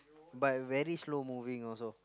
but very slow moving also